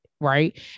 right